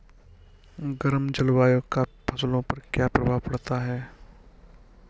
गर्म जलवायु का फसलों पर क्या प्रभाव पड़ता है?